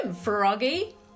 froggy